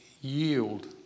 yield